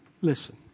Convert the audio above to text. Listen